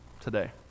today